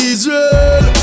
Israel